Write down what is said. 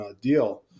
deal